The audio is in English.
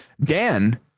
Dan